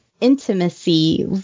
intimacy